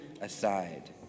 aside